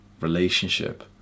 relationship